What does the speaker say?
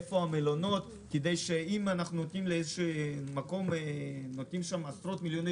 איפה המלונות כדי שאם אנחנו נותנים לאיזשהו מקום שם עשרות מיליוני